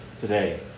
today